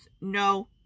no